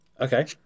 Okay